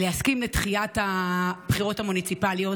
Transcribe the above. להסכים לדחיית הבחירות המוניציפליות.